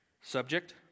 subject